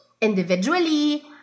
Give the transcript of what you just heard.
individually